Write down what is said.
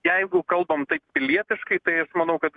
jeigu kalbam taip pilietiškai tai manau kad